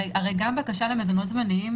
הרי גם בקשה למזונות זמניים,